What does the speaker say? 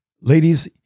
ladies